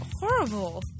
horrible